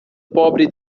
pobre